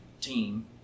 team